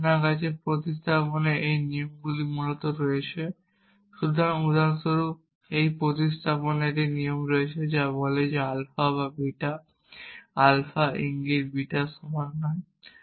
তবে আমাদের কাছে প্রতিস্থাপনের এই নিয়মগুলি মূলত রয়েছে। সুতরাং উদাহরণস্বরূপ আমাদের প্রতিস্থাপনের এই নিয়ম রয়েছে যা বলে যে আলফা বা বিটা আলফা ইঙ্গিত বিটার সমান নয়